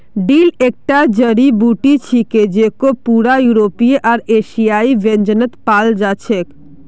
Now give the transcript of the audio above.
dill एकता जड़ी बूटी छिके जेको पूरा यूरोपीय आर एशियाई व्यंजनत पाल जा छेक